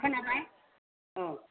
खोनाबाय औ